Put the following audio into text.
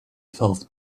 felt